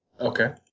Okay